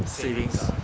savings